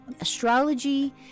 astrology